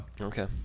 Okay